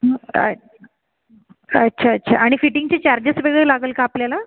अ अच्छा अच्छा आणि फिटिंगची चार्जेस वगैरे लागंल का आपल्याला